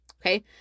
Okay